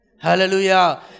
Hallelujah